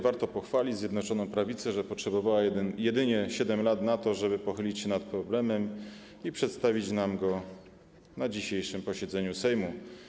Warto pochwalić Zjednoczoną Prawicę, że potrzebowała jedynie 7 lat na to, żeby pochylić się nad problemem i przedstawić nam go na dzisiejszym posiedzeniu Sejmu.